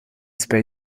space